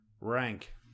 Rank